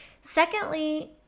Secondly